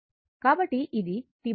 కాబట్టి ఇది T 2